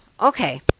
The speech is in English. Okay